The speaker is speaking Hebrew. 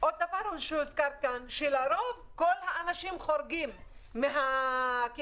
הוזכר כאן שלרוב כל האנשים חורגים מהממוצע.